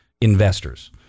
investors